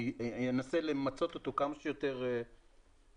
אני אנסה למצות אותו כמה שיותר ולהדק